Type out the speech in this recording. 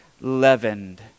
leavened